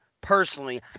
personally